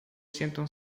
sentam